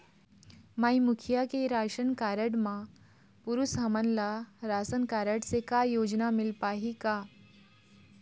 माई मुखिया के ration card म पुरुष हमन ला रासनकारड से का योजना मिल पाही का?